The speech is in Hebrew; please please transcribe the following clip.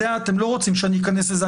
אתם לא רוצים שאני איכנס לזה,